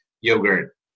yogurt